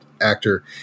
actor